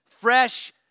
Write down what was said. fresh